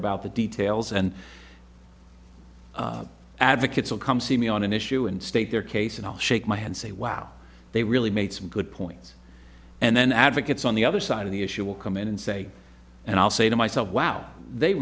about the details and advocates will come see me on an issue and state their case and i'll shake my hand say wow they really made some good points and then advocates on the other side of the issue will come in and say and i'll say to myself wow they